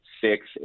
six